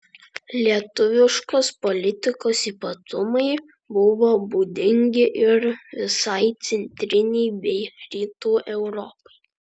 lietuviškos politikos ypatumai buvo būdingi ir visai centrinei bei rytų europai